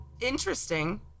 Interesting